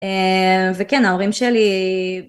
וכן ההורים שלי